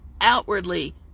outwardly